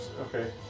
okay